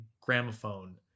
gramophone